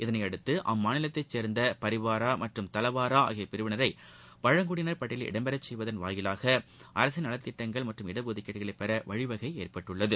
இதனையடுத்து அம்மாநிலத்தை சேர்ந்த பரிவாரா மற்றும் தலவாரா ஆகிய பிரிவினரை பழங்குடியினர் பட்டியலில் இடம்பெறச் செய்வதன் வாயிலாக அரசின் நலத்திட்டங்கள் மற்றும் இடஒதுக்கீடுகளை பெற வழிவகை ஏற்பட்டுள்ளது